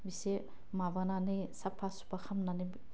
इसे माबानानै साफ्फा सुफ्फा खामनानै